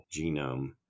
genome